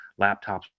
laptops